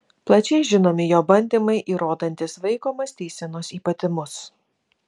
plačiai žinomi jo bandymai įrodantys vaiko mąstysenos ypatumus